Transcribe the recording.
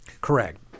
Correct